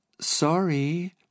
Sorry